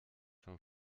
vorm